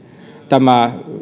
tämä